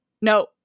No